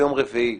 ביום רביעי,